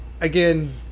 again